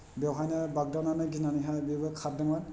बेवहायनो बावदाव गिनानैहाय बेबो खारदोंमोन